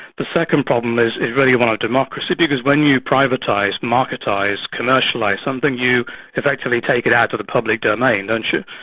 the second problem is whether you want a democracy, because when you privatise, marketise, commercialise something, you effectively take it out of the public domain, don't you?